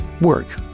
work